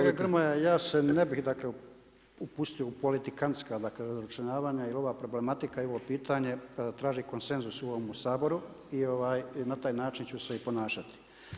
Kolega Gromoja ja se ne bih, dakle upustio u politikantska, dakle razračunavanja jer ova problematika i ovo pitanje traži konsenzus u ovome Saboru i na taj način ću se i ponašati.